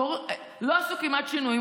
כמעט לא עשו שינויים,